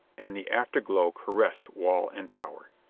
and the afterglow caressed wall and tower.